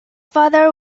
father